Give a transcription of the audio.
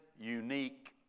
unique